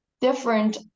different